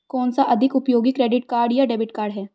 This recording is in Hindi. कौनसा अधिक उपयोगी क्रेडिट कार्ड या डेबिट कार्ड है?